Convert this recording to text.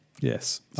Yes